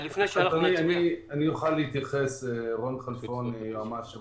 לא יכול להיכנס אדם לטרמינל אלא אם כן